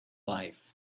life